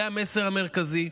זה המסר המרכזי.